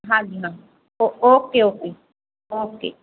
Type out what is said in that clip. ਹਾਂਜੀ ਹਾਂਜੀ ਓ ਓਕੇ ਓਕੇ ਓਕੇ